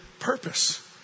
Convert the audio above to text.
purpose